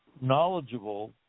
knowledgeable